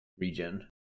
regen